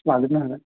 लाजोबनो हागोन